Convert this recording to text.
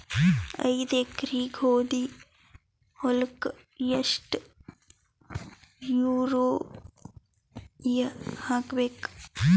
ಐದ ಎಕರಿ ಗೋಧಿ ಹೊಲಕ್ಕ ಎಷ್ಟ ಯೂರಿಯಹಾಕಬೆಕ್ರಿ?